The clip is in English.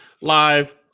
live